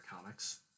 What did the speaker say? comics